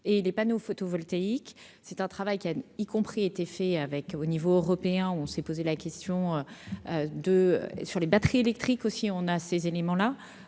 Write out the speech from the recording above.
et les panneaux photovoltaïques, c'est un travail qui a y compris été fait avec au niveau européen, on s'est posé la question de sur les batteries électriques aussi, on a ces éléments-là